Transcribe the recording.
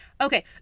Okay